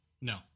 No